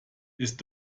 ist